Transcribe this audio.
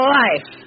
life